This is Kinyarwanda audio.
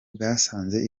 bwasanze